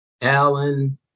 Alan